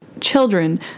children